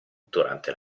durante